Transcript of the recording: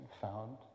found